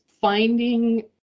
finding